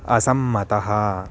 असम्मतः